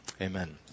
amen